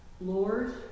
Lord